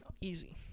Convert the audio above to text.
Easy